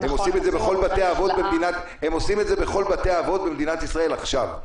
הם עושים את זה בכל בתי האבות במדינת ישראל עכשיו.